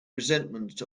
resentment